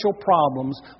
problems